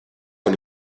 con